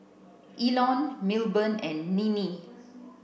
Elon Milburn and Ninnie